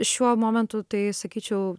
šiuo momentu tai sakyčiau